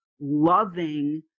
loving